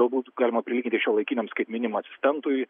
galbūt galima prilyginti šiuolaikiniams kaip minima asistentui